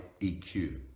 EQ